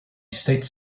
state